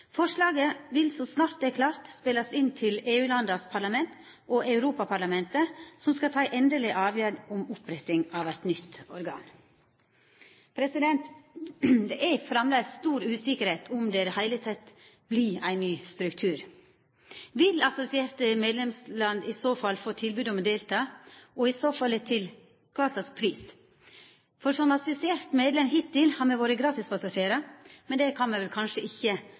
Forslaget vil, så snart det er klart, spelast inn til EU-landas parlament og Europaparlamentet, som skal ta ei endeleg avgjerd om oppretting av eit nytt organ. Det er framleis stor usikkerheit om det i det heile vert ein ny struktur. Vil assosierte medlemsland i så fall få tilbod om å delta, og i så fall til kva pris? Som assosiert medlem hittil har me vore gratispassasjerar, men det kan me vel kanskje ikkje